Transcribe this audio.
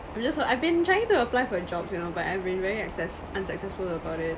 yeah so I've been trying to apply for jobs you know but I've been very access unsuccessful about it